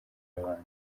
abantu